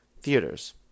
theaters